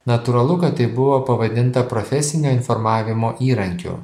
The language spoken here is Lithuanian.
natūralu kad tai buvo pavadinta profesinio informavimo įrankiu